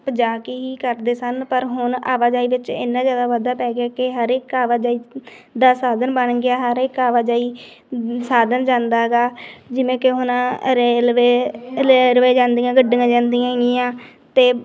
ਜਾ ਕੇ ਹੀ ਕਰਦੇ ਸਨ ਪਰ ਹੁਣ ਆਵਾਜਾਈ ਵਿੱਚ ਇੰਨਾ ਜ਼ਿਆਦਾ ਵਾਧਾ ਪੈ ਗਿਆ ਕਿ ਹਰ ਇੱਕ ਆਵਾਜਾਈ ਦਾ ਸਾਧਨ ਬਣ ਗਿਆ ਹਰ ਇੱਕ ਆਵਾਜਾਈ ਸਾਧਨ ਜਾਂਦਾ ਗਾ ਜਿਵੇਂ ਕਿ ਹੁਣ ਰੇਲਵੇ ਰੇਲਵੇ ਜਾਂਦੀਆਂ ਗੱਡੀਆਂ ਜਾਂਦੀਆਂ ਹੈਗੀਆਂ ਅਤੇ